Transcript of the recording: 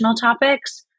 topics